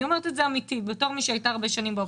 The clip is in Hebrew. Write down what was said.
אני אומרת את זה אמיתי כמי שהייתה הרבה שנים באופוזיציה.